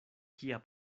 kia